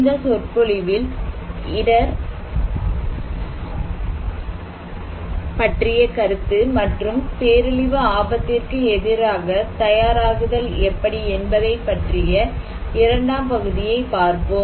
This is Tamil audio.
இந்த சொற்பொழிவில் இடர் பற்றிய கருத்து மற்றும் பேரழிவு ஆபத்திற்கு எதிராக தயாராகுதல் எப்படி என்பதைப் பற்றிய இரண்டாம் பகுதியை பார்ப்போம்